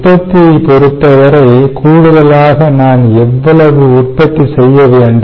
உற்பத்தியைப் பொறுத்தவரை கூடுதலாக நான் எவ்வளவு உற்பத்தி செய்ய வேண்டும்